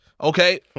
Okay